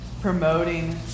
promoting